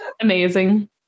Amazing